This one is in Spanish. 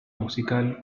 musical